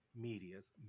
media's